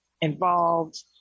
involved